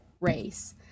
race